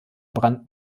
brand